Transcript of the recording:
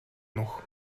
нүх